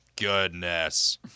Goodness